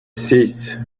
six